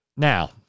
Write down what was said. Now